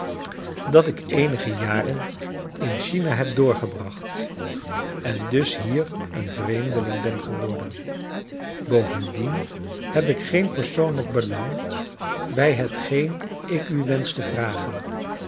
dat ik kleine dorrit eenige jaren in china heb doorgebracht en dus hier een vreemdeling ben geworden bovendien heb ik geen persoonlijk belang bij hetgeen ik u wensch te vragen